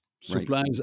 Supplies